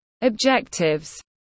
objectives